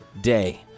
Day